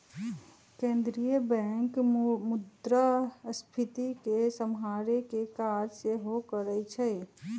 केंद्रीय बैंक मुद्रास्फीति के सम्हारे के काज सेहो करइ छइ